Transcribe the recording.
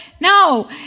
no